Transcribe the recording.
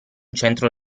centro